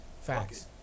Facts